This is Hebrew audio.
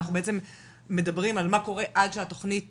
למעשה אנחנו מדברים על מה קורה עד שהתוכנית